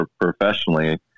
professionally